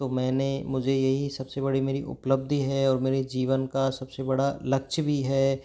तो मैंने मुझे यही सबसे बड़ी मेरी उपलब्धि है और मेरे जीवन का सबसे बड़ा लक्ष्य भी है